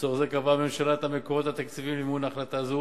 לצורך זה קבעה הממשלה את המקורות התקציביים למימון החלטה זו